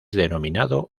denominado